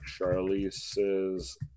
Charlize's